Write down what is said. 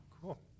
Cool